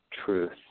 truth